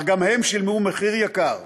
אך גם הם שילמו מחיר יקר,